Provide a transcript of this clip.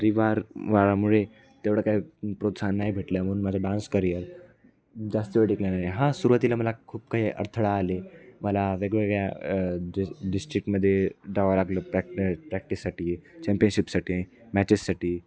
मुळे तेवढं काय प्रोत्साहन नाही भेटले म्हणून माझा डान्स करियर जास्त वेळ टिकला नाही हा सुरुवातीला मला खूप काही अडथळा आले मला वेगवेगळ्या ड डिस्टिक्टमध्ये प्रॅक्ट प्रॅक्टिससाठी चॅम्पियनशिपसाठी मॅचेससाठी